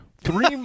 three